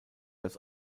als